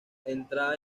entrada